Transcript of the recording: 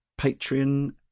Patreon